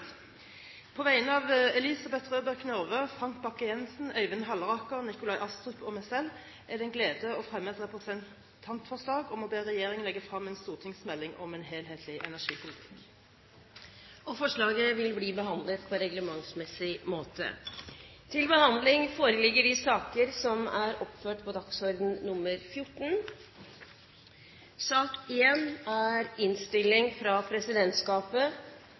På vegne av representantene Elisabeth Røbekk Nørve, Frank Bakke-Jensen, Øyvind Halleraker, Nikolai Astrup og meg selv er det en glede å fremme et representantforslag om å be regjeringen legge frem en stortingsmelding om en helhetlig energipolitikk. Forslaget vil bli behandlet på reglementsmessig måte. Ingen har bedt om ordet. Interpellanten får ordet. Bakke-Hansen, vær så god. Bakke-Jensen, president! Bakke-Jensen – unnskyld! Eller representanten Berg-Jensen, som det også het en